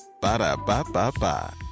Ba-da-ba-ba-ba